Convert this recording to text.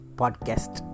podcast